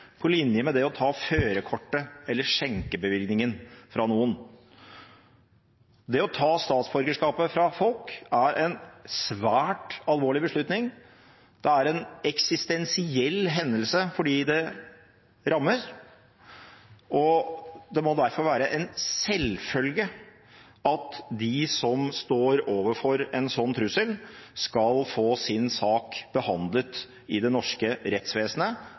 på linje med det å ta førerkortet eller skjenkebevillingen fra noen. Det å ta statsborgerskapet fra folk er en svært alvorlig beslutning. Det er en eksistensiell hendelse for dem det rammer, og det må derfor være en selvfølge at de som står overfor en sånn trussel, skal få sin sak behandlet i det norske rettsvesenet,